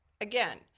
again